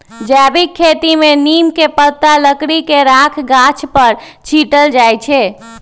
जैविक खेती में नीम के पत्ता, लकड़ी के राख गाछ पर छिट्ल जाइ छै